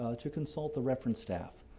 ah to consult the reference staff,